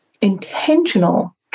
intentional